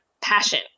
passion